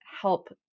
help